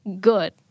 good